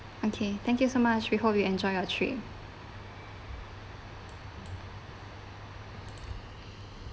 okay thank you so much we hope you enjoy your trip